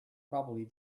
probably